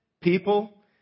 people